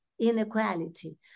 inequality